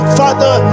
father